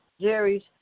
Jerry's